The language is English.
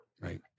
Right